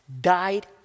died